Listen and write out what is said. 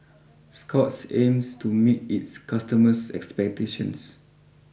Scott's aims to meet its customers expectations